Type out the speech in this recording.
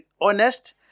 honest